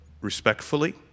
respectfully